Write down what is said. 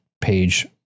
page